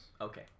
Okay